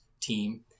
team